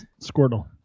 Squirtle